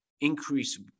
increase